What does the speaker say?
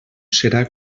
serà